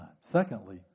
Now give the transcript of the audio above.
Secondly